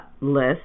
list